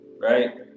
right